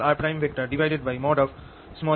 ds Jr